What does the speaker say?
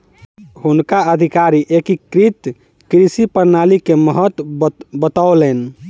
हुनका अधिकारी एकीकृत कृषि प्रणाली के महत्त्व बतौलैन